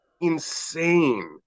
insane